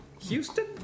Houston